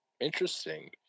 Interesting